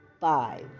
Five